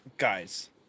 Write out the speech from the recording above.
Guys